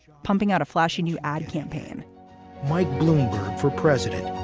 pumping out a flashy new ad campaign mike bloomberg for president.